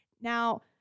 now